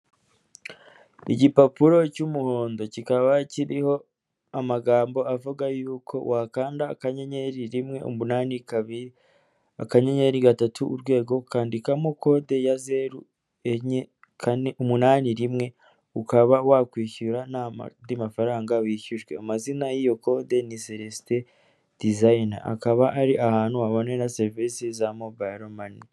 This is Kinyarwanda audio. Igipapuro cy'umuhondo kikaba kiriho amagambo avuga yuko wakanda akanyenyeri rimwe umunani kabiri, akanyenyeri gatatu urwego ukandikamo kode ya zeru enye kane umunani rimwe ukaba wakwishyura ntandi mafaranga wishyujwe, amazina y'iyo kode ni Selestin Design akaba ari ahantu wabonera serivisi za mobayiro mani.